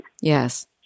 Yes